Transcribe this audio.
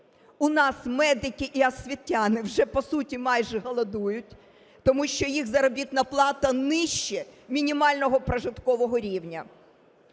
У нас медики і освітяни вже, по суті, майже голодують, тому що їх заробітна плата нижче мінімального прожиткового рівня.